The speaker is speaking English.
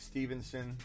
Stevenson